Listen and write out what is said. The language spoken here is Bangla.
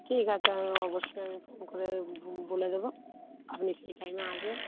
ঠিক আছে আমি অবশ্যই আমি ফোন করে বলে দেবো আপনি সেই টাইমে আসবেন